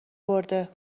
برده